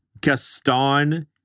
Gaston